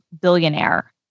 billionaire